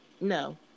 No